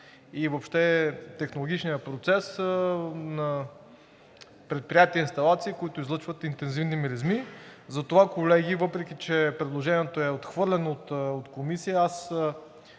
и въобще технологичния процес на предприятия и инсталации, които излъчват интензивни миризми. Затова, колеги, въпреки че предложението е отхвърлено от Комисията,